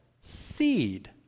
seed